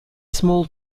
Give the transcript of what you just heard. small